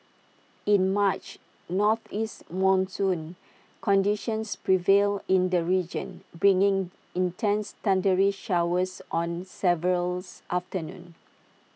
in March northeast monsoon conditions prevailed in the region bringing intense thundery showers on severals afternoons